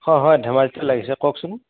হয় হয় ধেমাজিতে লাগিছে কওকচোন